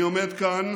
אני עומד כאן